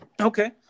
Okay